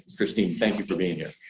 christine thank you for being here.